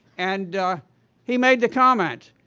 and he made the comment,